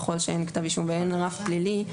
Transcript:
ככל שאין כתב אישום ואין רף פלילי,